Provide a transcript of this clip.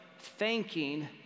thanking